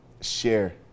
share